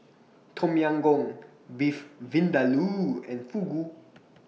Tom Yam Goong Beef Vindaloo and Fugu